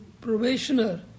probationer